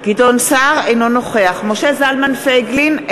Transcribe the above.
אינו נוכח משה זלמן פייגלין,